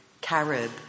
carib